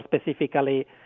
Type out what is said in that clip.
specifically